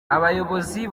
abayobozi